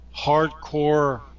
hardcore